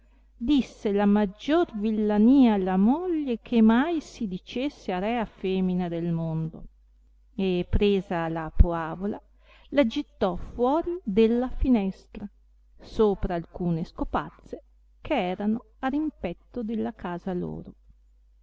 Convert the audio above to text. disse la maggior villania alla moglie che mai si dicesse a rea femina del mondo e presa la poavola la gittò fuori della finestra sopra alcune scopazze che erano a rimpetto della casa loro